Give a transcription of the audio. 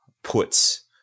puts